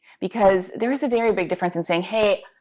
because there's a very big difference in saying, hey,